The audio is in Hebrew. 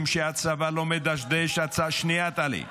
שהצבא לא מדשדש ------ שנייה, טלי.